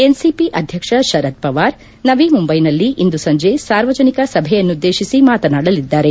NCP ಅಧ್ಯಕ್ಷ ಶರದ್ ಪಾವಾರ್ ನವೀ ಮುಂಬೈನಲ್ಲಿ ಇಂದು ಸಂಜೆ ಸಾರ್ವಜನಿಕ ಸಭೆಯನ್ನುದ್ದೇಶಿಸಿ ಮಾತನಾಡಲಿದ್ದಾರೆ